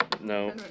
No